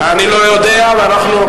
אני לא יודע ולא